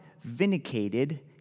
vindicated